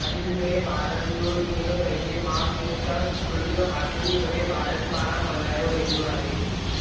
Brazil में ॿारनि जो ॾींहुं पंहिंजे माउ पीउ सां सूखिड़ीअ हासिलु करे ॿारनि पारां मल्हायो वेंदो आहे